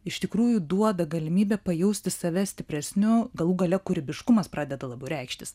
iš tikrųjų duoda galimybę pajausti save stipresniu galų gale kūrybiškumas pradeda labiau reikštis